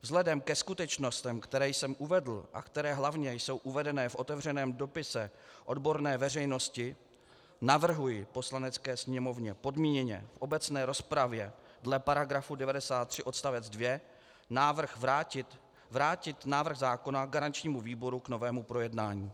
Vzhledem ke skutečnostem, které jsem uvedl a které hlavně jsou uvedeny v otevřeném dopise odborné veřejnosti, navrhuji Poslanecké sněmovně podmíněně v obecné rozpravě dle § 93 odst. 2 vrátit návrh zákona garančnímu výboru k novému projednání.